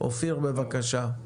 אופיר, בבקשה.